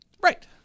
Right